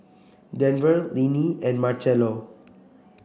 Denver Linnie and Marcelo